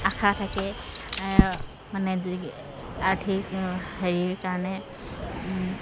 আশা থাকে মানে আৰ্থিক হেৰিৰ কাৰণে